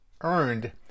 earned